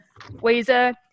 Weezer